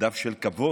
דף של כבוד